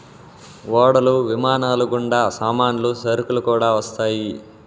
ఓడలు విమానాలు గుండా సామాన్లు సరుకులు కూడా వస్తాయి